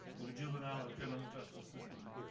and the juvenile and criminal justice system.